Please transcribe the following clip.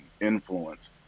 influence